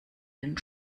den